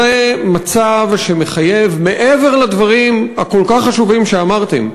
זה מצב שמחייב, מעבר לדברים הכל-כך חשובים שאמרתם,